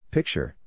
Picture